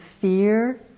fear